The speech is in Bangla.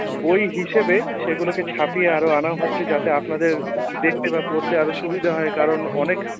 বই হিসেবে সেগুলিকে ছাপিয়ে আরও আনা হচ্ছে যাতে আপনাদের দেখতে বা পড়তে আরও সুবিধা হয় কারণ অনেক